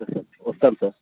సరే వస్తాను సార్